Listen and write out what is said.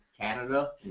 Canada